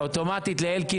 להעניק אוטומטית --- לאלקין.